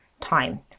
time